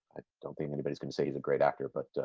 i don't think anybody can say he's a great actor, but